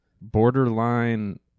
borderline